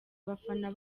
abafana